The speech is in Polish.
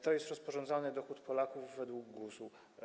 To jest rozporządzalny dochód Polaków według GUS-u.